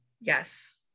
Yes